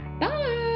Bye